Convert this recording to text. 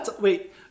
Wait